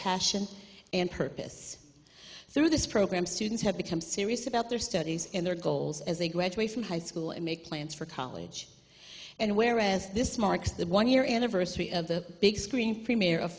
passion and purpose through this program students have become serious about their studies and their goals as they graduate from high school and make plans for college and where as this marks the one year anniversary of the big screen prem